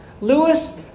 Lewis